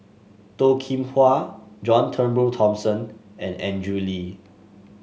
Toh Kim Hwa John Turnbull Thomson and Andrew Lee